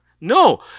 No